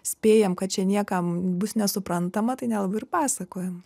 spėjam kad čia niekam bus nesuprantama tai nelabai ir pasakojam